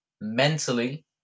mentally